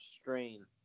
strain